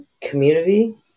Community